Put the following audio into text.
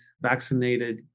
vaccinated